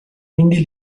quindi